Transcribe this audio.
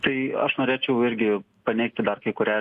tai aš norėčiau irgi paneigti dar kai kurią